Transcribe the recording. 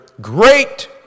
great